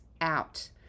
out